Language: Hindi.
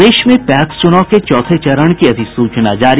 प्रदेश में पैक्स चुनाव के चौथे चरण की अधिसूचना जारी